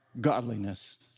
godliness